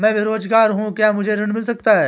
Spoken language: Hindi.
मैं बेरोजगार हूँ क्या मुझे ऋण मिल सकता है?